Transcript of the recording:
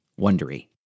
Wondery